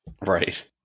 Right